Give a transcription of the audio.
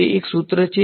તે એક સૂત્ર છે